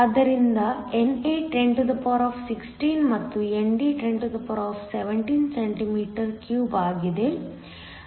ಆದ್ದರಿಂದ NA 1016 ಮತ್ತು ND 1017cm 3 ಆಗಿದೆ